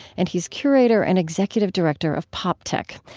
and he's curator and executive director of poptech,